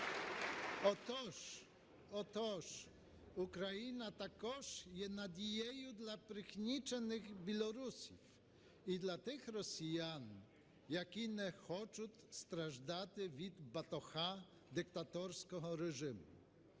Отож, Україна також є надією для пригнічених білорусів і для тих росіян, які не хочуть страждати від батога диктаторського режиму.